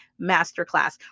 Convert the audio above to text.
Masterclass